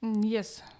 yes